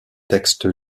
textes